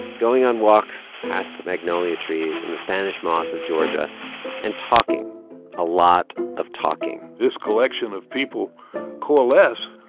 going on walks past the magnolia trees and the spanish moss of georgia and talking a lot of talking this collection of people coalesced.